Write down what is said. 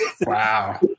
Wow